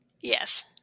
Yes